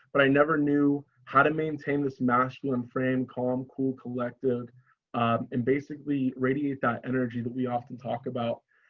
but i never knew how to maintain this masculine frame calm cool collected in basically radiate that energy that we often talk about.